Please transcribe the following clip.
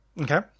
Okay